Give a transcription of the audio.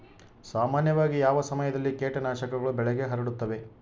ಸಾಮಾನ್ಯವಾಗಿ ಯಾವ ಸಮಯದಲ್ಲಿ ಕೇಟನಾಶಕಗಳು ಬೆಳೆಗೆ ಹರಡುತ್ತವೆ?